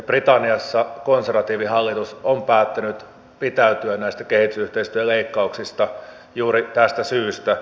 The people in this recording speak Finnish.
britanniassa konservatiivihallitus on päättänyt pitäytyä näistä kehitysyhteistyöleikkauksista juuri tästä syystä